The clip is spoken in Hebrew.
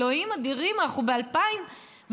אלוהים אדירים, אנחנו ב-2018.